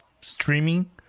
streaming